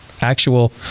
actual